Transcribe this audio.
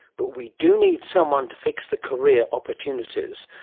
but we do need someone to fix the career opportunities.